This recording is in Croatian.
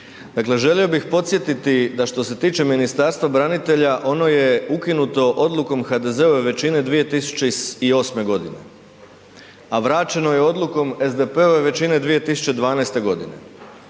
želio bih podsjetiti da što se tiče Ministarstva branitelja, ono je ukinuto odlukom HDZ-ove većine 2008. g. a vraćeno je odlukom SDP-ove većine 2012. godine.